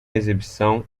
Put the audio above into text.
exibição